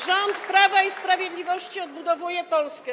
Rząd Prawa i Sprawiedliwości odbudowuje Polskę.